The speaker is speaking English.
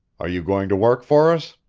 are you going to work for us?